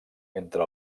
entre